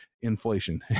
inflation